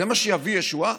זה מה שיביא ישועה?